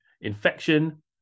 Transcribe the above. infection